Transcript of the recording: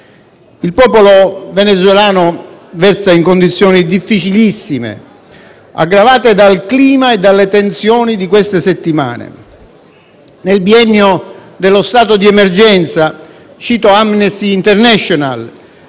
Il popolo venezuelano versa in condizioni difficilissime, aggravate dal clima e dalle tensioni di queste settimane. Nel biennio dello stato di emergenza - è quanto afferma Amnesty international